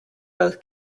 both